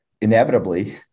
inevitably